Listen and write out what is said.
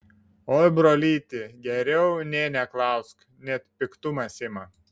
oi brolyti geriau nė neklausk net piktumas ima